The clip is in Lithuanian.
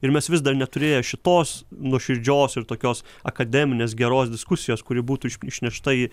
ir mes vis dar neturėję šitos nuoširdžios ir tokios akademinės geros diskusijos kuri būtų išnešta į